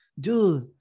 dude